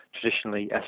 traditionally